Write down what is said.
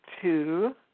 two